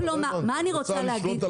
את רוצה לשלוט על